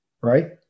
right